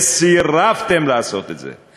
סירבתם לעשות את זה.